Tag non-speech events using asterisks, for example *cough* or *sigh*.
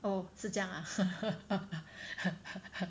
oh 是这样啊 *laughs*